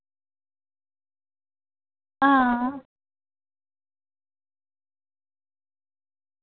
आं